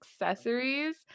accessories